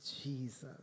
Jesus